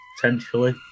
potentially